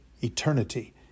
eternity